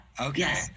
Okay